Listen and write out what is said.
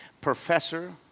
professor